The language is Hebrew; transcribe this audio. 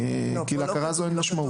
כי להכרה זו אין משמעות.